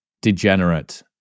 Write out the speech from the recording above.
degenerate